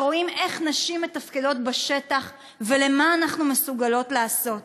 שרואים איך נשים מתפקדות בשטח ומה אנחנו מסוגלות לעשות.